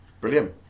Brilliant